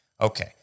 okay